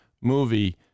movie